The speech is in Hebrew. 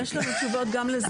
יש לנו תשובות גם לזה,